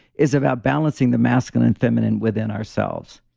is about balancing the masculine and feminine within ourselves.